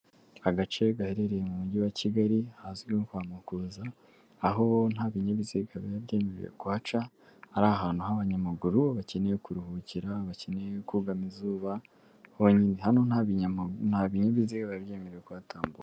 Agace gaherereye mu mujyi wa Kigali hazwiho nko kwa Mukuza, aho bo nta binyabiziga biba byemerewe kuhaca, ari ahantu h'abanyamaguru bakeneye kuruhukira bakeneye kugama izuba honyine, hano nta binyabiziga biba byemerewe kuhatambuka.